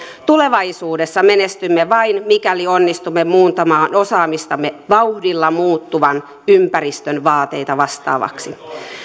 tulevaisuudessa menestymme vain mikäli onnistumme muuntamaan osaamistamme vauhdilla muuttuvan ympäristön vaateita vastaavaksi